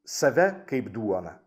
save kaip duoną